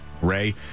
Ray